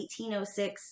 1806